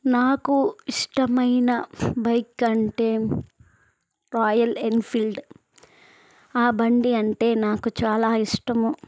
నాకు ఇష్టమైన బైక్ అంటే రాయల్ ఎన్ఫీల్డ్ ఆ బండి అంటే నాకు చాలా ఇష్టము